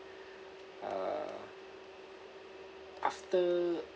uh after